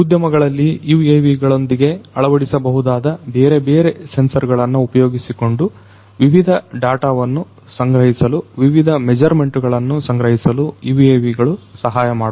ಉದ್ಯಮಗಳಲ್ಲಿ UAVಗಳೊಂದಿಗೆ ಅಳವಡಿಸಬಹುದಾದ ಬೇರೆಬೇರೆ ಸೆನ್ಸರ್ ಗಳನ್ನು ಉಪಯೋಗಿಸಿಕೊಂಡು ವಿವಿಧ ಡಾಟಾವನ್ನು ಸಂಗ್ರಹಿಸಲು ವಿವಿಧ ಮೆಜರ್ಮೆಂಟ್ ಗಳನ್ನು ಸಂಗ್ರಹಿಸಲು UAVಗಳು ಸಹಾಯಮಾಡುತ್ತವೆ